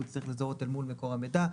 הוא צריך להזדהות אל מול מקור המידע.